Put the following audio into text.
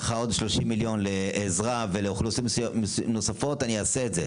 עוד שלושים מיליון לעזרה ולאוכלוסיות נוספות אני אעשה את זה.